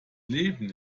leben